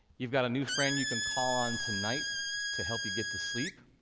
you've got a new friend you can call on tonight to help you get to sleep.